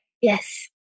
Yes